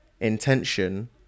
intention